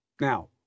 Now